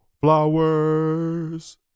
Flowers